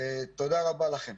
תודה רבה לכם.